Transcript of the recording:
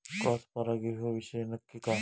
Cross परागी ह्यो विषय नक्की काय?